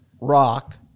Rock